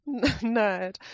nerd